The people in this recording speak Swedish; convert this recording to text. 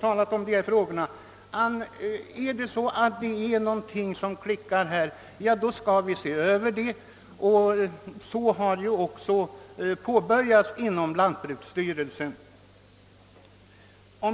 talat om de här frågorna, inte sagt annat än att om någonting klickar skall vi se över bestämmelserna. En sådan översyn har också påbörjats inom lantbruksstyrelsen.